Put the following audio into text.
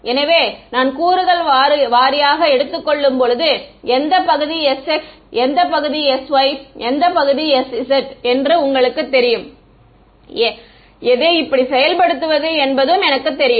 எனவே நான் கூறுகள் வாரியாக எடுத்துக் கொள்ளும்போது எந்த பகுதி sx எந்த பகுதி sy எந்த பகுதி sz என்று உங்களுக்குத் தெரியும் எந்த இதை எப்படி செயல்படுத்துவது என்பது எனக்குத் தெரியும்